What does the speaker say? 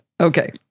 Okay